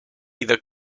either